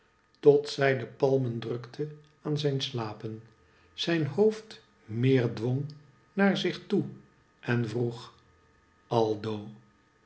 tot zij de palmen drukte aan zijn slapen zijn hoofd meer dwong naar zich toe en vroeg aldo